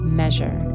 measure